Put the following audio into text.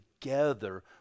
together